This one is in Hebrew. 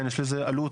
יש לזה עלות,